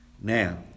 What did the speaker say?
Now